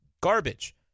Garbage